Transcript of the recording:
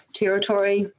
territory